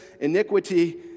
iniquity